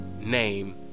name